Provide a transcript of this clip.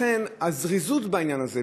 לכן גם הזריזות הנדרשת בעניין הזה.